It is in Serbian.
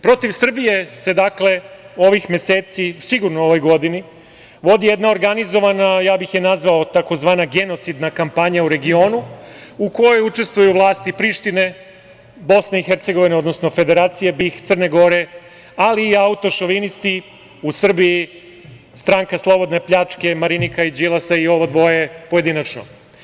Protiv Srbije se ovih meseci, sigurno u ovoj godini, vodi jedna organizovana, a ja bih je nazvao tzv. genocidna kampanja u regionu, u kojoj učestvuju vlasti Prištine, Federacije BiH, Crne Gore, ali i autošovinisti u Srbiji, stranka slobodne pljačke Marinike i Đilasa i ovo dvoje pojedinačno.